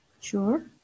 Sure